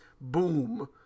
boom